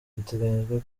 biteganyijwe